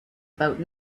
about